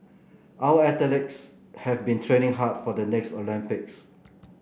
our athletes have been training hard for the next Olympics